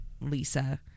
Lisa